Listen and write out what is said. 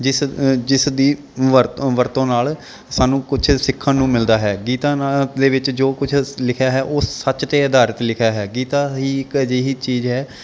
ਜਿਸ ਜਿਸ ਦੀ ਵਰਤੋਂ ਵਰਤੋਂ ਨਾਲ ਸਾਨੂੰ ਕੁਛ ਸਿੱਖਣ ਨੂੰ ਮਿਲਦਾ ਹੈ ਗੀਤਾ ਨਾ ਦੇ ਵਿੱਚ ਜੋ ਕੁਝ ਲਿਖਿਆ ਹੈ ਉਹ ਸੱਚ 'ਤੇ ਅਧਾਰਿਤ ਲਿਖਿਆ ਹੈ ਗੀਤਾ ਹੀ ਇੱਕ ਅਜਿਹੀ ਚੀਜ਼ ਹੈ